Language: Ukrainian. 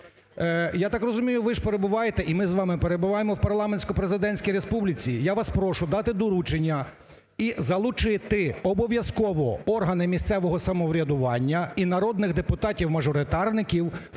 Я так розумію, ви ж перебуваєте, і ми з вами перебуваємо в парламентсько-президентській республіці. Я вас прошу дати доручення і залучити обов'язково органи місцевого самоврядування і народних депутатів-мажоритарників в